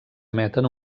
emeten